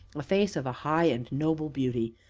a face of a high and noble beauty,